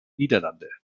niederlande